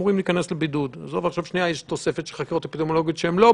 הם מצליחים לשכנע את משרד הבריאות שהם